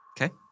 Okay